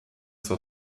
zur